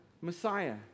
Messiah